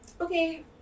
okay